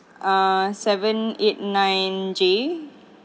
err seven eight nine J